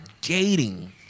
dating